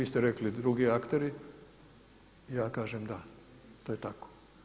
Vi ste rekli drugi akteri, ja kažem da, to je tako.